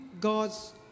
God's